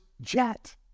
jet